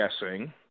guessing